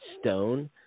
stone